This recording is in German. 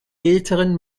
älteren